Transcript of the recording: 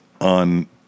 on